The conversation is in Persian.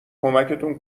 کمکتون